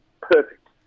Perfect